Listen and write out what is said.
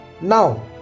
Now